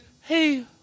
hey